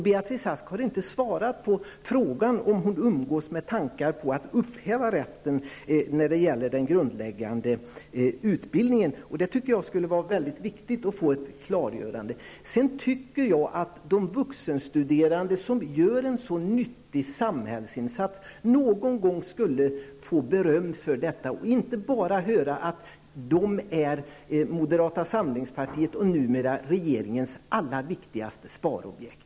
Beatrice Ask har inte svarat på frågan om hon umgås med tanken på att upphäva rätten till den grundläggande utbildningen. Jag tycker att det skulle vara viktigt att få ett klargörande. De vuxenstuderande som gör en så nyttig samhällsinsats skulle någon gång få beröm för detta. De skulle inte bara få höra att de är moderata samlingspartiets och numera regeringens allra viktigaste sparobjekt.